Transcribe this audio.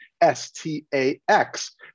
S-T-A-X